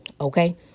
okay